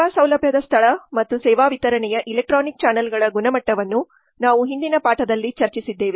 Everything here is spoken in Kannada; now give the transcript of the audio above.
ಸೇವಾ ಸೌಲಭ್ಯದ ಸ್ಥಳ ಮತ್ತು ಸೇವಾ ವಿತರಣೆಯ ಎಲೆಕ್ಟ್ರಾನಿಕ್ ಚಾನೆಲ್ಗಳ ಗುಣಮಟ್ಟವನ್ನು ನಾವು ಹಿಂದಿನ ಪಾಠದಲ್ಲಿ ಚರ್ಚಿಸಿದ್ದೇವೆ